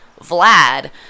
Vlad